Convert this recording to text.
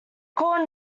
caught